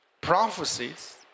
prophecies